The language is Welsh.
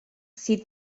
sydd